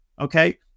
okay